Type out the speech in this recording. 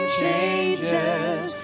changes